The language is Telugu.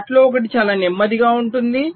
వాటిలో ఒకటి చాలా నెమ్మదిగా ఉంటుంది